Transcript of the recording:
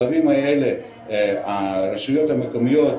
הרשויות המקומיות